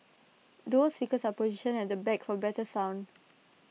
dual speakers are positioned at the back for better sound